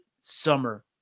summer